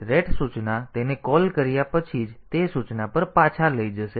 તેથી ret સૂચના તેને કોલ કર્યા પછી જ તે સૂચના પર પાછા લઈ જશે